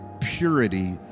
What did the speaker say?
Purity